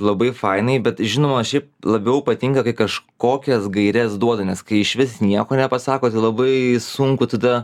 labai fainiai bet žinoma šiaip labiau patinka kai kažkokias gaires duoda nes kai išvis nieko nepasako tai labai sunku tada